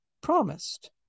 promised